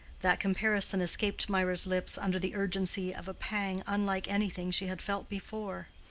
that comparison escaped mirah's lips under the urgency of a pang unlike anything she had felt before.